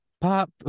pop